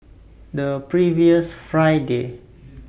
The previous Friday